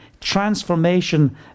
transformation